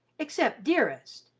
except dearest.